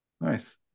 nice